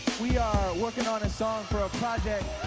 we are working on a song for a project